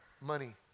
money